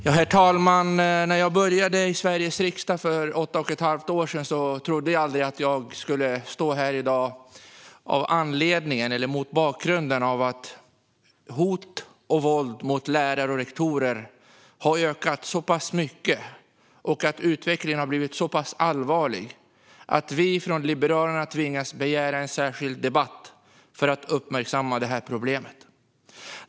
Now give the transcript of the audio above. Herr talman! När jag började i Sveriges riksdag för åtta och ett halvt år sedan trodde jag aldrig att jag skulle stå här i dag av anledningen att hot och våld mot lärare och rektorer har ökat så pass mycket och att utvecklingen har blivit så pass allvarlig att vi från Liberalerna tvingas begära en särskild debatt för att uppmärksamma problemet.